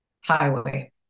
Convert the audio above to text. highway